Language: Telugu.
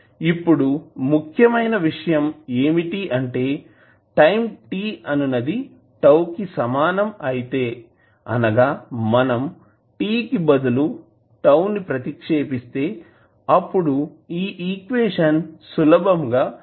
ఇప్పుడు ముఖ్యమైన విషయం ఏమిటి అంటే టైం t అనునది τ కి సమానం అయితే అనగా మనం t కి బదులు τ ప్రతిక్షేపిస్తే అప్పుడు మన ఈక్వేషన్ సులభం గా అవుతుంది